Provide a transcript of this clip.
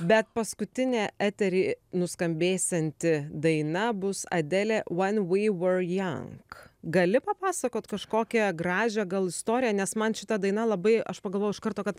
bet paskutinė etery nuskambėsianti daina bus adelė when we were young gali papasakot kažkokią gražią gal istoriją nes man šita daina labai aš pagalvojau iš karto kad